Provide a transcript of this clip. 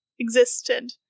existed